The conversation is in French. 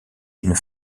une